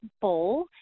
bowl